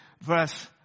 verse